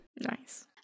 nice